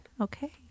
Okay